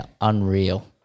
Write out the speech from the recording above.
unreal